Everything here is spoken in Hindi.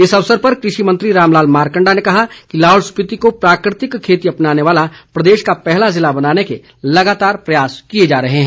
इस अवसर पर कृषि मंत्री रामलाल मारकण्डा ने कहा कि लाहौल स्पीति को प्राकृतिक खेती अपनाने वाला प्रदेश का पहला ज़िला बनाने के लगातार प्रयास किए जा रहे हैं